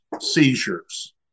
seizures